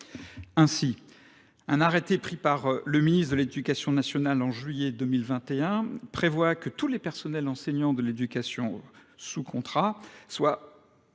Ainsi, un arrêté pris par le ministre de l'éducation nationale en juillet 2021 prévoit que tous les personnels enseignants de l'éducation sous contrat soient